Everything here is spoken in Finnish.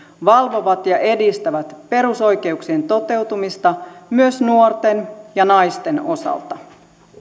valvovat ja edistävät perusoikeuksien toteutumista myös nuorten ja naisten osalta